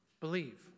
believe